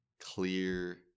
clear